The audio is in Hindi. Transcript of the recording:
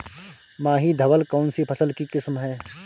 माही धवल कौनसी फसल की किस्म है?